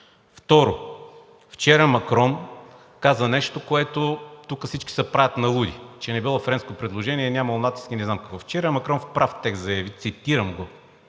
Второ, Макрон каза нещо, което тук всички се правят на луди – че не било френско предложение, нямало натиск и не знам какво. Вчера Макрон в прав текст заяви, цитирам го: